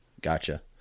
Gotcha